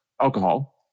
alcohol